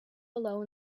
below